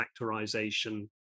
factorization